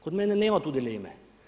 Kod mene nema tu dileme.